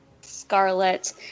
Scarlet